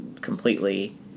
completely